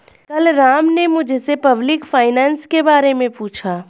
कल राम ने मुझसे पब्लिक फाइनेंस के बारे मे पूछा